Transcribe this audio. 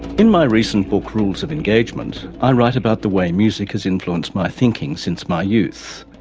in my recent book rules of engagement i write about the way music has influenced my thinking since my youth.